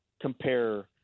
compare